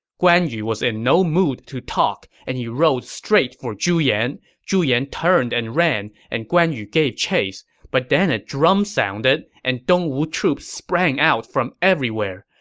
guan yu was in no mood to talk, and he rode straight for zhu yan. zhu yan turned and ran, and guan yu gave chase. but then a drum sounded, and dongwu troops sprang out from everywhere.